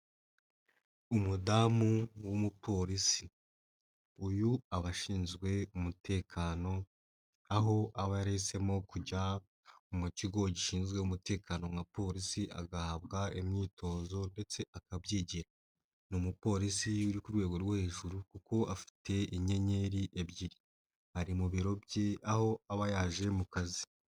Umudamu w'Umupolisi, uyu abashinzwe umutekano aho aba yahisemo kujya mu kigo gishinzwe umutekano nka Polisi agahabwa imyitozo ndetse akabyigira, ni Umupolisi uri ku rwego rwo hejuru kuko afite inyenyeri ebyiri ari mu biro bye aho aba yaje mu kazi.